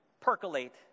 percolate